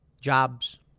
jobs